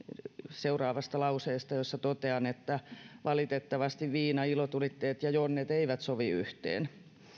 seuraavasta lauseesta jossa totean että valitettavasti viina ilotulitteet ja jonnet eivät sovi yhteen